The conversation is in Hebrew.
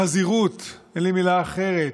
החזירות, אין לי מילה אחרת,